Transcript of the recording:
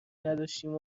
نداشتیم